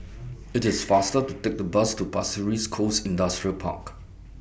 IT IS faster to Take The Bus to Pasir Ris Coast Industrial Park